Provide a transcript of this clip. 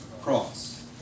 cross